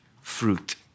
fruit